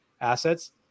assets